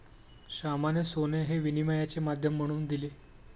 श्यामाने सोने हे विनिमयाचे माध्यम म्हणून दिले